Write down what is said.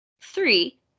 three